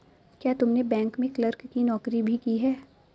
क्या तुमने बैंक में क्लर्क की नौकरी भी की है?